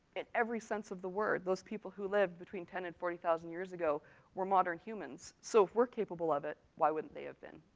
in every sense of the word, those people who lived between ten thousand and forty thousand years ago were modern humans. so, if we're capable of it, why wouldn't they have been?